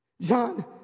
John